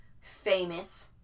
famous